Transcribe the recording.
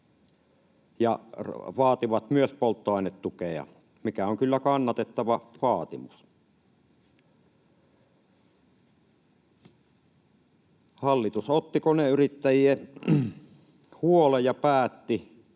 ja vaativat myös polttoainetukea, mikä on kyllä kannatettava vaatimus. Hallitus otti koneyrittäjien huolen ja päätti